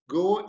go